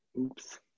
Oops